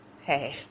Hey